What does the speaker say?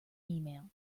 email